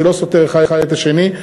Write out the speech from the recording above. זה לא סותר האחד את השני.